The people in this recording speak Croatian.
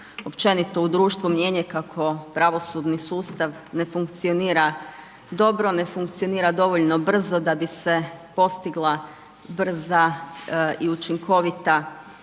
općenito u društvu mijenje kako pravosudni sustav ne funkcionira dobro, ne funkcionira dovoljno brza, da bi se postigla brza i učinkovita pravda,